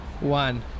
one